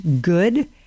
good